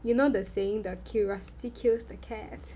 you know the saying the curiosity kills the cat